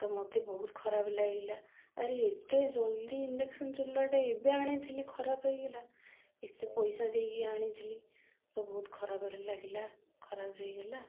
ତ ମତେ ବହୁତ ଖରାପ ଲାଗିଲା ଆରେ ଏତେ ଜଲ୍ଦି ଇଣ୍ଡକ୍ସନ୍ ଚୁଲରଟା ଏବେ ଆଣି ଥିଲି ଖରାପ ହେଇଗଲା ଏତେ ପଇସା ଦେଇକି ଆଣିଥିଲି ତ ବହୁତ ଖରାପ ଲାଗିଲା ଖରାପ ହେଇଗଲା